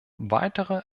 weitere